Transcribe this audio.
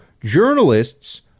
journalists